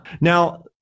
now